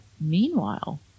meanwhile